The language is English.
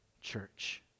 church